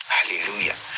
Hallelujah